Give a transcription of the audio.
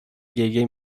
گریه